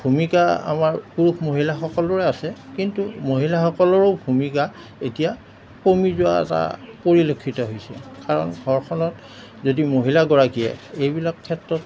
ভূমিকা আমাৰ পুৰুষ মহিলা সকলোৰে আছে কিন্তু মহিলাসকলৰো ভূমিকা এতিয়া কমি যোৱা এটা পৰিলক্ষিত হৈছে কাৰণ ঘৰখনত যদি মহিলাগৰাকীয়ে এইবিলাক ক্ষেত্ৰত